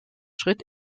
schritt